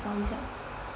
找一下